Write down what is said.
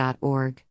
org